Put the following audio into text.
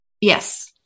Yes